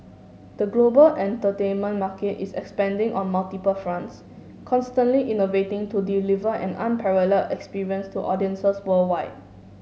the global entertainment market is expanding on multiple fronts constantly innovating to deliver an unparalleled experience to audiences worldwide